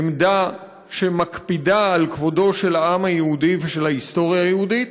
עמדה שמקפידה על כבודו של העם היהודי ושל ההיסטוריה היהודית,